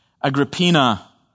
Agrippina